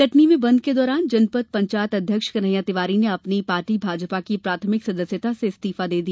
कटनी में बंद के दौरान जनपद पंचायत अध्यक्ष कन्हैया तिवारी ने अपनी पार्टी भाजपा की प्राथमिक सदस्यता से इस्तीफा दे दिया